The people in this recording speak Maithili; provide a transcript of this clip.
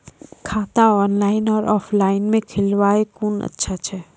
खाता ऑनलाइन और ऑफलाइन म खोलवाय कुन अच्छा छै?